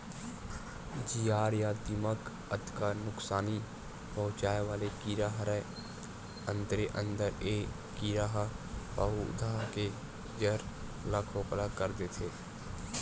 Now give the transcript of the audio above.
जियार या दिमक अतका नुकसानी पहुंचाय वाले कीरा हरय अंदरे अंदर ए कीरा ह पउधा के जर ल खोखला कर देथे